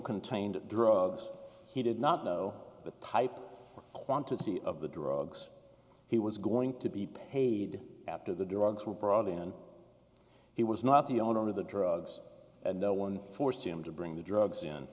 contained drugs he did not know the type of quantity of the drugs he was going to be paid after the drugs were brought in and he was not the owner of the drugs and no one forced him to bring the drugs in